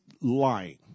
lying